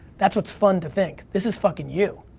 that's what's fun to think. this is fucking you.